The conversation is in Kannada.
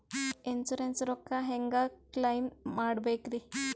ಇನ್ಸೂರೆನ್ಸ್ ರೊಕ್ಕ ಹೆಂಗ ಕ್ಲೈಮ ಮಾಡ್ಬೇಕ್ರಿ?